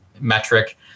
metric